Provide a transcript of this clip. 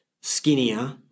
skinnier